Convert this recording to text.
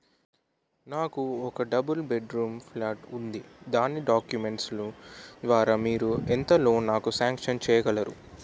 నాకు ఒక double bed room flat ఉంది దాని డాక్యుమెంట్స్ లు ద్వారా మీరు ఎంత లోన్ నాకు సాంక్షన్ చేయగలరు?